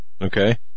Okay